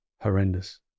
Horrendous